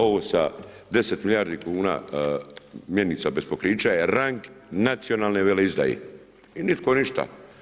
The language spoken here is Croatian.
Ovo sa 10 milijardi kuna mjenica bez pokrića je rang nacionalnoj veleizdaji i nitko ništa.